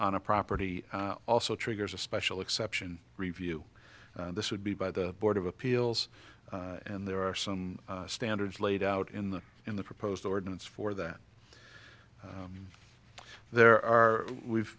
on a property also triggers a special exception review this would be by the board of appeals and there are some standards laid out in the in the proposed ordinance for that there are we've